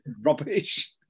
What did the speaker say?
rubbish